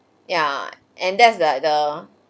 yeah and that's like the